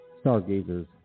stargazers